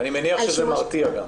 על שימוש --- אני מניח שזה מרתיע גם.